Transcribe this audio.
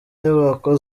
nyubako